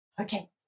Okay